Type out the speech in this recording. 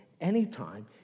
anytime